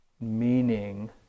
meaning